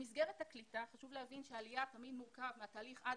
במסגרת הקליטה - חשוב להבין שתהליך העלייה מורכב עד